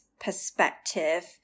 perspective